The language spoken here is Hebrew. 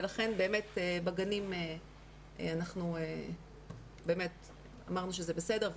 ולכן באמת בגנים אמרנו שזה בסדר,